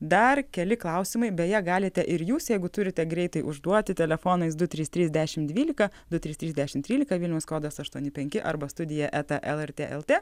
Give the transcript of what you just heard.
dar keli klausimai beje galite ir jūs jeigu turite greitai užduoti telefonais du trys trys dešim dvylika du trys trys dešim trylika vilniaus kodas aštuoni penki arba studija eta lrt lt